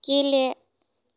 गेले